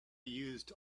used